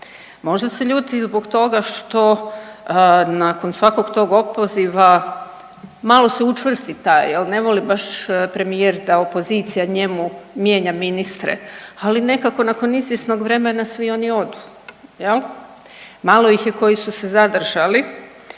Možda se ljuti zbog toga što nakon svakog tog opoziva malo se učvrsti taj jel, ne voli baš premijer da opozicija njemu mijenja ministre, ali nekako nakon izvjesnog vremena svi oni odu jel. Malo ih je koji su se zadržali.